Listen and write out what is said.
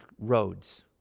roads